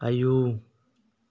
आयौ